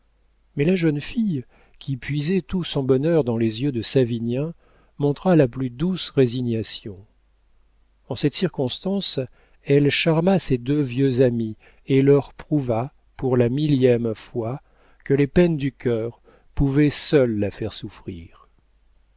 mais la jeune fille qui puisait tout son bonheur dans les yeux de savinien montra la plus douce résignation en cette circonstance elle charma ses deux vieux amis et leur prouva pour la millième fois que les peines du cœur pouvaient seules la faire souffrir